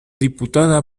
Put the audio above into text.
diputada